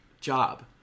job